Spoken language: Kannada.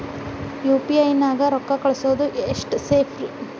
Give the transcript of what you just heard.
ಯು.ಪಿ.ಐ ನ್ಯಾಗ ರೊಕ್ಕ ಕಳಿಸೋದು ಎಷ್ಟ ಸೇಫ್ ರೇ?